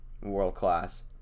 world-class